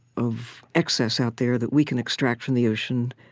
of excess out there that we can extract from the ocean,